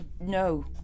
No